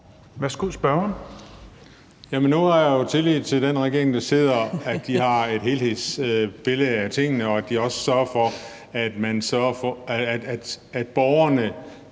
Juhl (EL): Jamen nu har jeg jo tillid til den regering, der sidder, altså at de har et helhedsbillede af tingene, og at de også sørger for, at borgerne